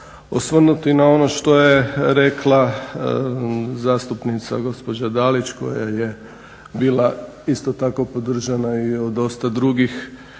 osvrnuti na ono što je rekla zastupnica gospođa Dalić koja je bila isto tako podržana i od dosta drugih